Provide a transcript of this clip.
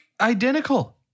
Identical